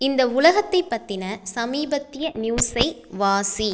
இந்த உலகத்தைப் பற்றின சமீபத்திய நியூஸை வாசி